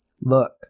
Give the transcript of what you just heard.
look